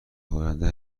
آینده